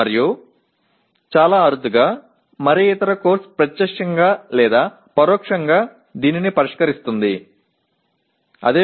மிக அரிதாகவே வேறு எந்த பாடமும் நேரடியாகவோ மறைமுகமாகவோ இதை உரையாற்றுகிறீர்கள்